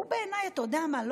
הוא בעיניי, אתה יודע מה?